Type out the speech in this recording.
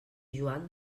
joan